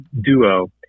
duo